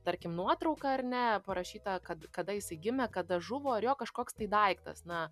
tarkim nuotrauka ar ne parašyta kad kada jisai gimė kada žuvo ir jo kažkoks tai daiktas na